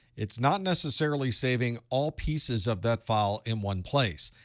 it's not necessarily saving all pieces of that file in one place.